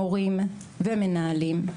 מורים ומנהלים,